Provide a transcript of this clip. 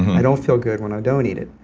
i don't feel good when i don't eat it.